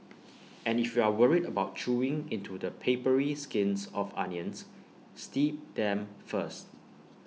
and if you are worried about chewing into the papery skins of onions steep them first